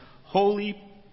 holy